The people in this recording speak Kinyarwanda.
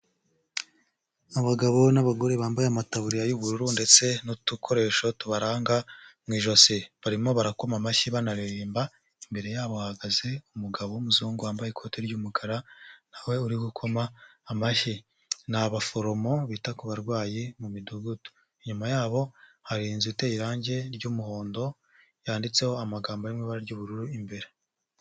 Abagabo n'abagore bambaye amataburiya y'ubururu ndetse n'udukoresho tubaranga mu ijosi. Barimo barakoma amashyi banaririmba, imbere yabo bahagaze umugabo w'umuzungu wambaye ikoti ry'umukara, na we uri gukoma amashyi. Ni abaforomo bita ku barwayi mu Midugudu. Inyuma yabo hari inzu iteye irangi ry'umuhondo yanditseho amagambo yo mu ibaba ry'ubururu imbere.